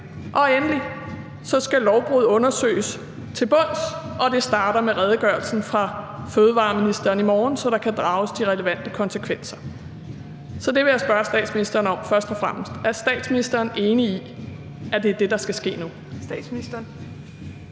Endelig skal lovbrud undersøges til bunds, og det starter med redegørelsen fra fødevareministeren i morgen, så der kan drages de relevante konsekvenser. Så det vil jeg først og fremmest spørge statsministeren om: Er statsministeren enig i, at det er det, der skal ske nu?